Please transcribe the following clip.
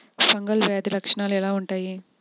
Fungal వ్యాధి లక్షనాలు ఎలా వుంటాయి?